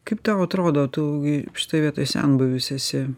kaip tau atrodo tu gi šitoj vietoj senbuvis esi